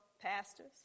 pastors